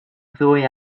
ddwy